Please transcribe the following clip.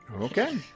Okay